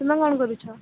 ତୁମେ କ'ଣ କରୁଛ